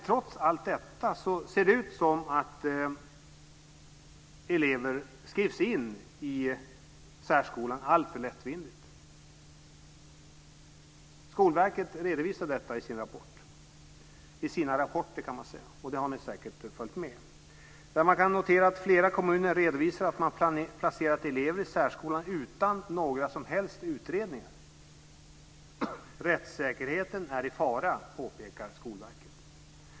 Trots allt detta ser det ut som att elever skrivs in i särskolan alltför lättvindigt. Skolverket redovisar detta i sina rapporter. Det har ni säkert följt med i. Man kan notera att flera kommuner redovisar att de placerat elever i särskolan utan några som helst utredningar. Rättssäkerheten är i fara, påpekar Skolverket.